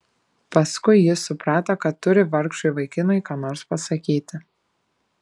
paskui ji suprato kad turi vargšui vaikinui ką nors pasakyti